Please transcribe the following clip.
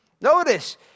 Notice